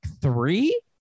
three